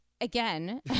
Again